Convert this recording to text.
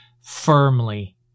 firmly